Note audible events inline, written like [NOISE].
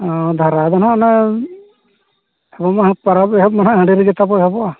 ᱫᱷᱟᱨᱟ ᱫᱚ ᱦᱟᱸᱜ ᱚᱱᱮ [UNINTELLIGIBLE] ᱯᱟᱨᱟᱵᱽ ᱮᱦᱚᱵ ᱢᱟᱦᱟᱜ ᱦᱟᱺᱰᱤ ᱨᱮᱜᱮ ᱛᱟᱵᱚ ᱮᱦᱚᱵᱚᱜᱼᱟ